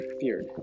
feared